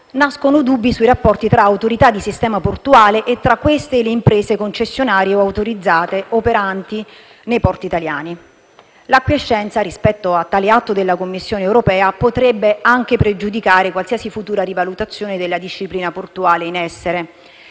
nascono dubbi sui rapporti tra Autorità di sistema portuale e tra queste e le imprese concessionarie o autorizzate operanti nei porti italiani. L'acquiescenza rispetto a tale atto della Commissione europea potrebbe anche pregiudicare qualsiasi futura rivalutazione della disciplina portuale in essere,